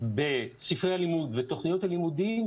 בספרי הלימוד ותכניות הלימודים.